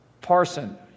Parson